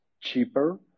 cheaper